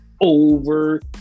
over